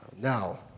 Now